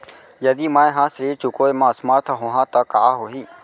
यदि मैं ह ऋण चुकोय म असमर्थ होहा त का होही?